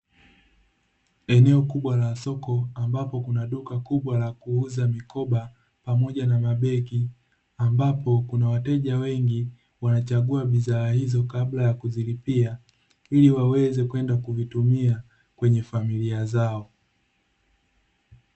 Eneo kubwa la soko ambapo kuna duka kubwa la kuuza mikoba pamoja na mabegi, ambapo kuna wateja wengi wanachagua bidhaa hizo kabla ya kuzilipia, ili waweze kwenda kuvitumia kwenye familia zao.